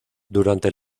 durante